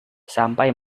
sampai